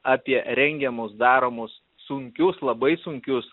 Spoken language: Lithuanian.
apie rengiamus daromus sunkius labai sunkius